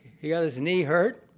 he got his knee hurt.